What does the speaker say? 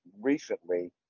recently